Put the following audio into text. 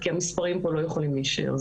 כי המספרים פה לא יכולים להישאר.